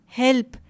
help